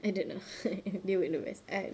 I don't know they would look as I don't know